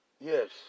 Yes